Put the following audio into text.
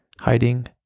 hiding